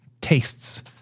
tastes